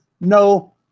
no